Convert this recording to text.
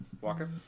Walker